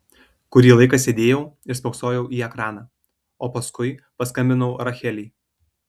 kurį laiką sėdėjau ir spoksojau į ekraną o paskui paskambinau rachelei